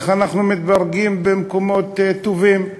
איך אנחנו מתברגים במקומות טובים.